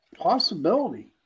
Possibility